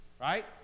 right